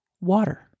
water